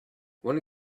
one